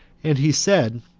and he said,